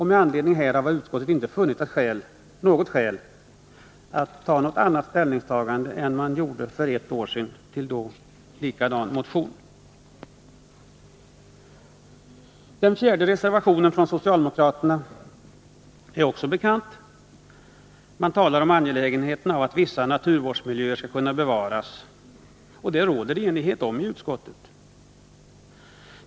Med anledning av detta har utskottet inte funnit något skäl till ett annat ställningstagande än det man hade för ett år sedan med anledning av en likartad motion. Den fjärde reservationen från socialdemokraterna är också bekant. Man talar om angelägenheten av att vissa naturvårdsmiljöer skall kunna bevaras, och om den saken råder enighet i utskottet.